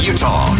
Utah